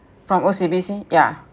from O_C_B_C yeah